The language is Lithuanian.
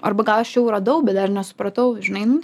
arba gal aš jau radau bet dar nesupratau žinai nu